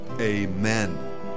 amen